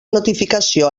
notificació